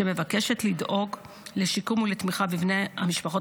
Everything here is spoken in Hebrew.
שמבקשת לדאוג לשיקום ולתמיכה בבני המשפחות